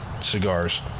cigars